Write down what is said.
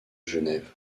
genève